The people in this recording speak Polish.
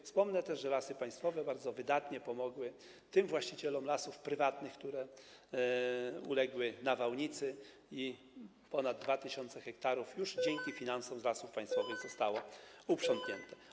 Wspomnę też, że Lasy Państwowe bardzo wydatnie pomogły właścicielom lasów prywatnych, które uległy nawałnicy, i ponad 2000 ha już dzięki finansom z Lasów Państwowych zostało uprzątniętych.